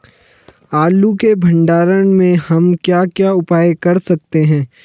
आलू के भंडारण में हम क्या क्या उपाय कर सकते हैं?